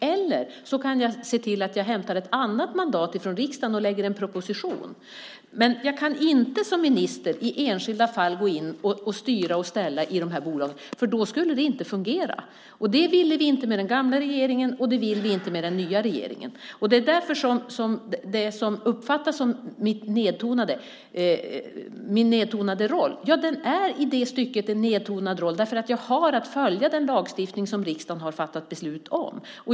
Eller så kan jag se till att hämta ett annat mandat från riksdagen och lägga fram en proposition. Men jag kan inte som minister gå in och styra och ställa i enskilda fall i de här bolagen för då skulle det inte fungera. Det ville vi inte med den gamla regeringen och det vill vi inte med den nya regeringen. Det är därför det uppfattas som att jag har en nedtonad roll. Ja, det är i det stycket en nedtonad roll, för jag har att följa den lagstiftning som riksdagen har fattat beslut om.